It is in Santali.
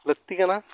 ᱞᱟᱹᱠᱛᱤ ᱠᱟᱱᱟ